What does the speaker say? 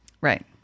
Right